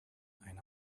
eine